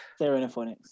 Stereophonics